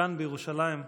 כאן בירושלים,